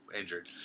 injured